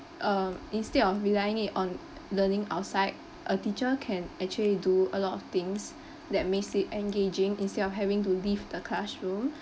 uh instead of relying it on learning outside a teacher can actually do a lot of things that makes it engaging instead of having to leave the classroom